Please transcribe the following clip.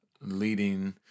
leading